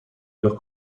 los